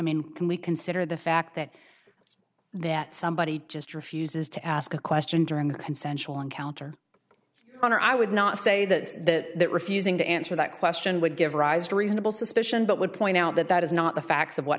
mean can we consider the fact that that somebody just refuses to ask a question during a consensual encounter on her i would not say that refusing to answer that question would give rise to reasonable suspicion but would point out that that is not the facts of what